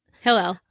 Hello